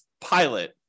pilot